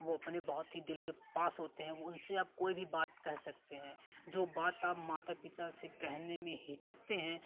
वो अपने बहुत ही दिल के पास होते हैं उनसे आप कोई भी बात कर सकते हैं जो बात आप अपने माता पिता से खाने में हिचकते हैं